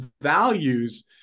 values